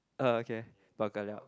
uh okay Bao Ka Liao